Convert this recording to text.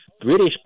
British